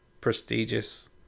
prestigious